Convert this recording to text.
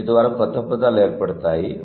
వీటి ద్వారా కొత్త పదాలు ఏర్పడతాయి